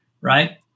right